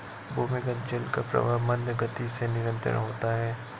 भूमिगत जल का प्रवाह मन्द गति से निरन्तर होता है